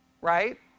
right